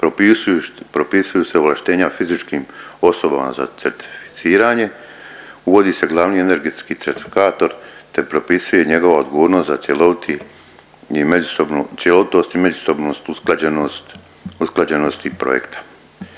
propisuju se ovlaštenja fizičkim osobama za certificiranje, uvodi se glavni energetski certifikator, te propisuje njegova odgovornost za cjeloviti i međusobno, cjelovitost